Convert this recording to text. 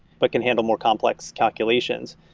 but can handle more complex calculations.